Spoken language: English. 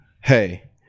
hey